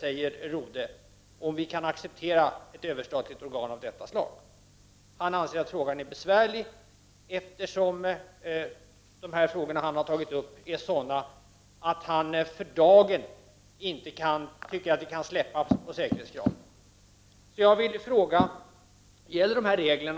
säger Rode, ”om vi kan acceptera ett överstatligt organ av detta slag.” Han anser att frågan är besvärlig, eftersom de avvikelser han nämner är sådana att han för dagen inte tycker att vi kan släppa på säkerhetskraven.